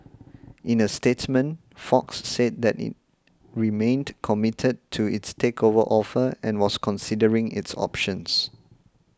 in a statement Fox said that it remained committed to its takeover offer and was considering its options